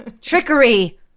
trickery